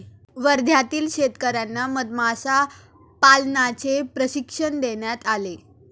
वर्ध्यातील शेतकर्यांना मधमाशा पालनाचे प्रशिक्षण देण्यात आले